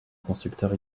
constructeur